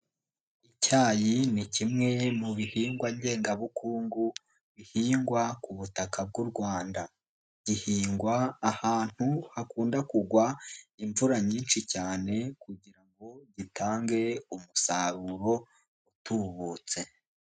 Icyayi ni kimwe mu bihingwa ngengabukungu bihingwa ku butaka bw'u Rwanda, gihingwa ahantu hakunda kugwa imvura nyinshi cyane kugira ngo gitange umusaruro utubutse.